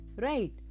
Right